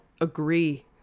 agree